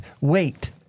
wait